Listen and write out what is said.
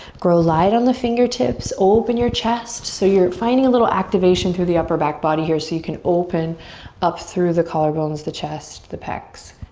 grow light on the fingertips, open your chest. so you're finding a little activation through the upper back body here so you can open up through the collarbones, the chest, the pecs,